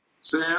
Sam